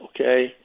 okay